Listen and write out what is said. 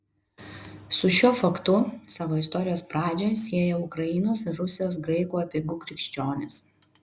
su šiuo faktu savo istorijos pradžią sieją ukrainos ir rusijos graikų apeigų krikščionys